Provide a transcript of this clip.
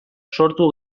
sortu